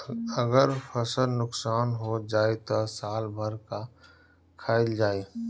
अगर फसल नुकसान हो जाई त साल भर का खाईल जाई